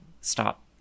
stop